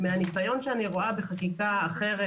מהניסיון שאני רואה בחקיקה אחרת,